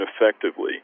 effectively